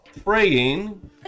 Praying